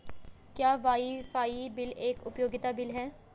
क्या wifi bill एक उपयोगिता बिल है?